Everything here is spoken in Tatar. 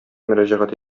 мөрәҗәгать